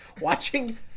watching